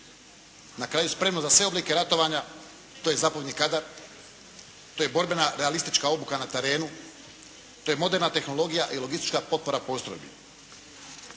na kraju spremnu na sve oblike ratovanja to je zapovjedni kadar, to je borbena realistička obuka na terenu, to je moderna tehnologija i logistička potpora postrojbi.